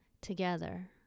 together